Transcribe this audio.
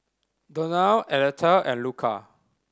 Donal Aleta and Luca